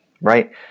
right